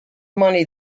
money